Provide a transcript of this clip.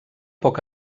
poc